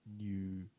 new